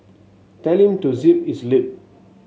tell him to zip his lip